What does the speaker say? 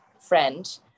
friend